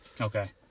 Okay